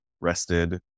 rested